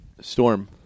Storm